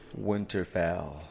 Winterfell